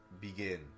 begin